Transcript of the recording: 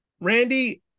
randy